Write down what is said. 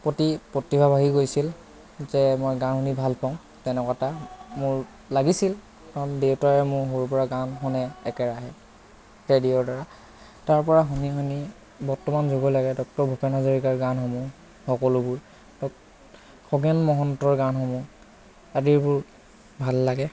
প্ৰতি প্ৰতিভা বাঢ়ি গৈছিল যে মই গান শুনি ভাল পাওঁ তেনেকুৱা এটা মোৰ লাগিছিল কাৰণ দেউতাই মোৰ সৰুৰ পৰা গান শুনে একেৰাহে ৰেডিঅ'ৰ দ্বাৰা তাৰ পৰা শুনি শুনি বৰ্তমান যুগলেকে ডক্টৰ ভূপেন হাজৰিকাৰ গানসমূহ সকলোবোৰ খগেন মহন্তৰ গানসমূহ আদিবোৰ ভাল লাগে